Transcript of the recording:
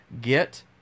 get